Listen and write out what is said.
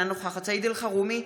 אינה נוכחת סעיד אלחרומי,